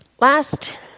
Last